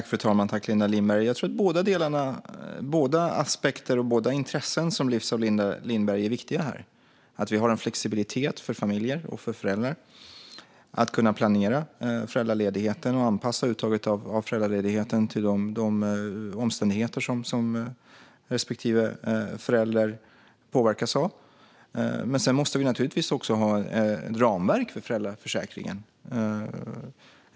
Fru talman! Jag tror att båda aspekter och båda intressen som lyfts fram av Linda Lindberg är viktiga här. Det är viktigt att vi har en flexibilitet för föräldrar, så att de kan planera föräldraledigheten och anpassa uttaget av den till de omständigheter som respektive förälder påverkas av. Sedan måste vi naturligtvis också ha ramverk för föräldraförsäkringen.